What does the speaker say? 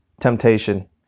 Temptation